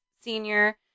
Senior